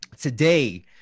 today